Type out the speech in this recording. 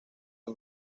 del